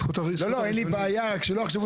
להגיד לכם גם מהקשרים